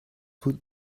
food